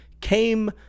came